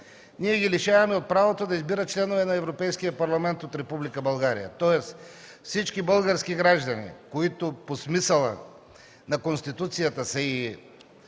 Ние ги лишаваме от правото да избират членове на Европейския съюз от Република България. Тоест, всички български граждани, които по смисъла на Конституцията са и